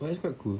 well quite cool